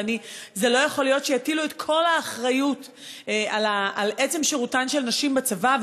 אבל לא יכול להיות שיטילו את כל האחריות על עצם שירותן של נשים בצבא,